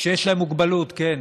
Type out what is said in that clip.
שיש להם מוגבלות, כן,